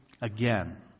again